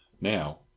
Now